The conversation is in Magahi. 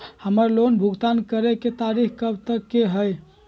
हमार लोन भुगतान करे के तारीख कब तक के हई?